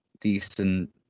decent